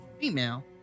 female